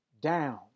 down